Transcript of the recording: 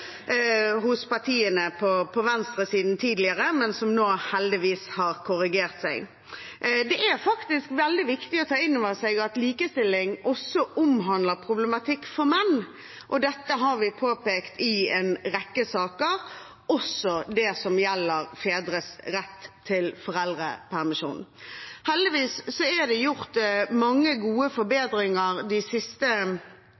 hos partiene på venstresiden, som nå heldigvis har korrigert seg. Det er faktisk veldig viktig å ta inn over seg at likestilling også omhandler problematikk for menn. Dette har vi påpekt i en rekke saker, også det som gjelder fedres rett til foreldrepermisjon. Heldigvis er det gjort mange gode